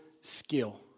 skill